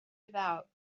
about